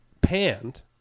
panned